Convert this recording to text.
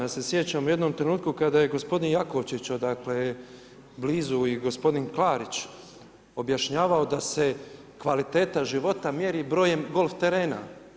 Ja se sjećam u jednom trenutku kada je gospodin Jakovčić odakle je blizu i gospodin Klarić objašnjavao da se kvaliteta života mjeri brojem golf terena.